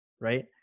right